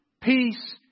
peace